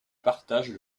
partagent